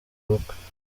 ubukwe